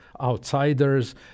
outsiders